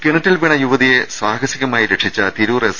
കിണറ്റിൽ വീണ യുവതിയെ സാഹസികമായി രക്ഷിച്ച തിരൂർ എസ്